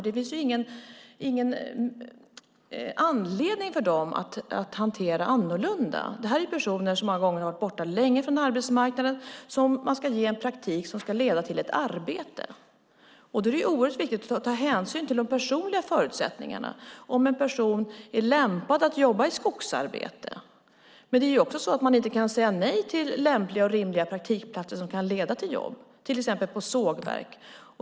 Det finns ju ingen anledning för dem att göra annorlunda. Det handlar om personer som många gånger har varit borta länge från arbetsmarknaden och som man ska ge en praktik som ska leda till ett arbete. Då är det oerhört viktigt att ta hänsyn till de personliga förutsättningarna, till exempel om en person är lämpad att jobba i skogsarbete. Men det är också så att en person inte kan säga nej till lämpliga och rimliga praktikplatser som kan leda till jobb, till exempel på sågverk.